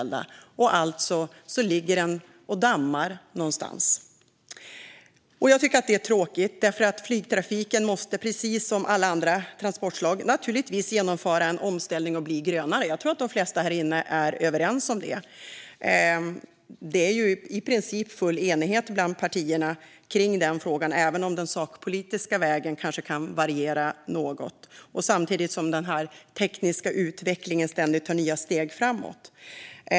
Därför ligger den och dammar nånstans, vilket är tråkigt. Flygtrafiken måste, precis som alla andra transportslag, genomföra en omställning och bli grönare. Jag tror att de flesta här är överens om det. Det råder i princip enighet bland partierna om detta, även om den sakpolitiska vägen kanske varierar något. Samtidigt tar den tekniska utvecklingen ständigt nya steg framåt.